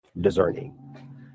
discerning